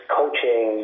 coaching